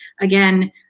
again